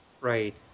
Right